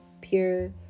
pure